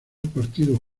partido